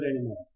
anymore